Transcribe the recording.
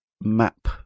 map